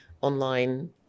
online